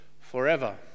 forever